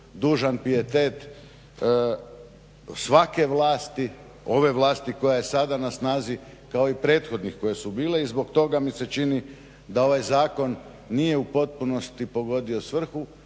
dužan pijetet svake vlasti, ova vlasti koja je sada na snazi kao i prethodnih koje su bile i zbog oga mi se čini da ovaj zakon nije u potpunosti pogodio svrhu